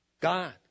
God